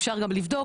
אפשר גם לבדוק,